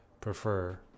prefer